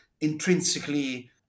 intrinsically